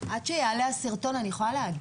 ואיסור יבוא של ביצים לארץ אם זה לא מלולי